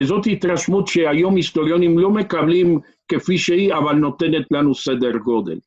זאת התרשמות שהיום היסטוריונים לא מקבלים כפי שהיא, אבל נותנת לנו סדר גודל.